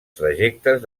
trajectes